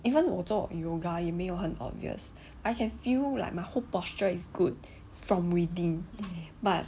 even 我做 yoga 也没有很 obvious I can feel like my whole posture is good from within but